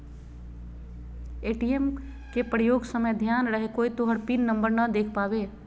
ATM के प्रयोग समय ध्यान रहे कोय तोहर पिन नंबर नै देख पावे